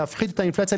להפחית את האינפלציה,